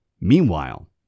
Meanwhile